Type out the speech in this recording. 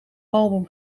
album